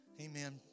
Amen